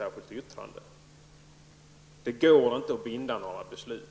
Skiftar ni åsikt så fort?